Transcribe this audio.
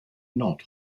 not